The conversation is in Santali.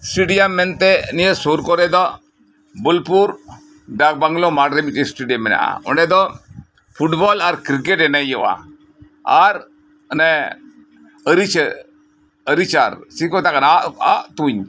ᱥᱴᱮᱰᱤᱭᱟᱢ ᱢᱮᱱᱛᱮ ᱱᱤᱭᱟᱹ ᱥᱳᱨ ᱠᱚᱨᱮ ᱫᱚ ᱵᱳᱞᱯᱩᱨ ᱰᱟᱠ ᱵᱟᱝᱞᱳ ᱢᱟᱴᱷ ᱨᱮ ᱢᱤᱫ ᱴᱮᱱ ᱥᱴᱮᱰᱤᱭᱟᱢ ᱢᱮᱱᱟᱜᱼᱟ ᱚᱸᱰᱮ ᱫᱚ ᱯᱷᱩᱴᱵᱚᱞ ᱟᱨ ᱠᱨᱤᱠᱮᱴ ᱮᱱᱮᱡ ᱦᱳᱭᱳᱜᱼᱟ ᱟᱨ ᱚᱱᱮ ᱟᱨᱤᱪᱟᱹ ᱟᱨᱤᱪᱟᱨ ᱪᱮᱫ ᱠᱚ ᱢᱮᱛᱟᱜ ᱠᱟᱱᱟ ᱟᱜ ᱛᱚᱧ